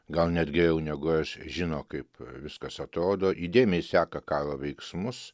gal net geriau negu aš žino kaip viskas atrodo įdėmiai seka karo veiksmus